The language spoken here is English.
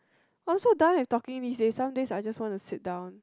I'm so done with talking these days some days I just want to sit down